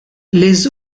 les